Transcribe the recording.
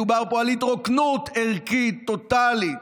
מדובר פה על התרוקנות ערכית טוטלית.